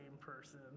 person